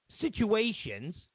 situations